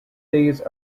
these